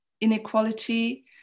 inequality